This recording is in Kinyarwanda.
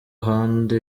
ahandi